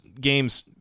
games